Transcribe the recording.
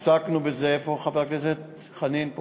עסקנו בזה, איפה חבר הכנסת חנין?